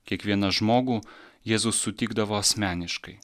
kiekvieną žmogų jėzus sutikdavo asmeniškai